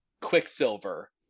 quicksilver